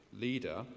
leader